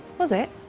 was it?